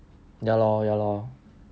ya lor ya lor